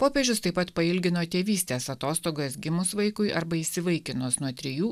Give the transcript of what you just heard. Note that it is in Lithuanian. popiežius taip pat pailgino tėvystės atostogas gimus vaikui arba įsivaikinus nuo trijų